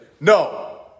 No